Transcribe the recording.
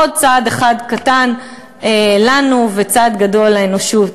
עוד צעד אחד קטן לנו, וצעד גדול לאנושות.